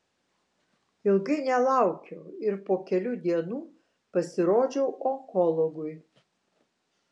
ilgai nelaukiau ir po kelių dienų pasirodžiau onkologui